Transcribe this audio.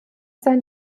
sein